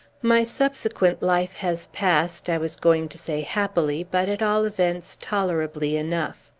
my subsequent life has passed i was going to say happily, but, at all events, tolerably enough.